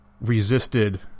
resisted